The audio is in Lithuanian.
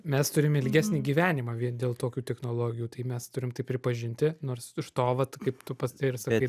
mes turim ilgesnį gyvenimą vien dėl tokių technologijų tai mes turim tai pripažinti nors iš to vat kaip tu pats tai sakai